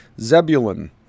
Zebulun